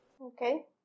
Okay